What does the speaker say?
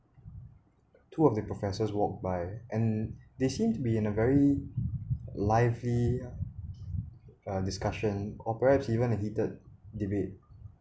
two of the professors walked by and they seem to be in a very lively uh discussion or perhaps even a heated debate